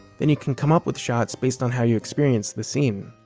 then you can come up with shots based on how you experienced the scene.